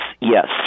yes